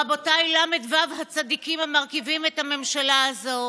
רבותיי ל"ו הצדיקים המרכיבים את הממשלה הזו,